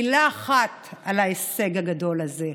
מילה אחת על ההישג הגדול הזה: